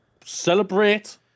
celebrate